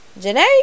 Janae